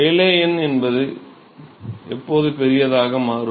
Rayleigh எண் எப்போது பெரியதாக மாறும்